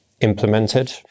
implemented